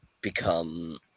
become